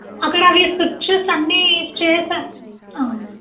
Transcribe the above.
అక్కడ అవి స్విచ్చెస్ అన్నీ చేశాను